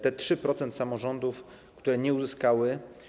Te 3% samorządów, które nie uzyskały.